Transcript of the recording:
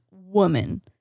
woman